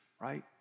right